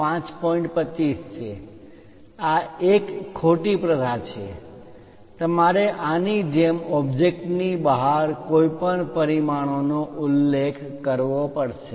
25 છે આ એક ખોટી પ્રથા છે તમારે આની જેમ ઓબ્જેક્ટ ની બહાર કોઈપણ પરિમાણોનો ઉલ્લેખ કરવો પડશે